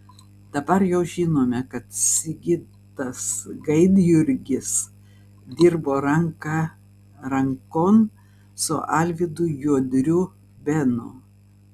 dabar jau žinome kad sigitas gaidjurgis dirbo ranka rankon su alvydu juodriu benu